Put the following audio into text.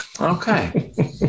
okay